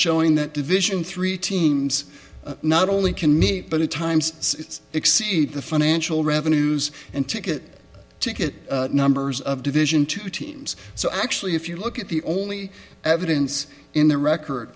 showing that division three teams not only can meet but at times it's exceed the financial revenues and ticket ticket numbers of division two teams so actually if you look at the only evidence in the record